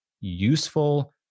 useful